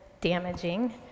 damaging